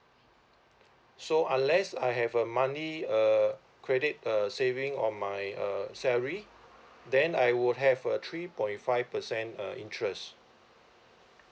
so unless I have a monthly uh credit uh saving on my uh salary then I would have a three point five percent uh interest